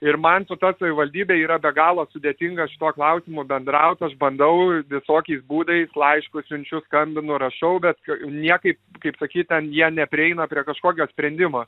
ir man su ta savivaldybe yra be galo sudėtinga šituo klausimu bendraut aš bandau visokiais būdais laiškus siunčiu skambinu rašau bet niekaip kaip sakyt ten jie neprieina prie kažkokio sprendimo